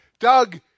Doug